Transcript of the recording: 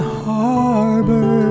harbor